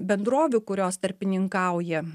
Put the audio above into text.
bendrovių kurios tarpininkauja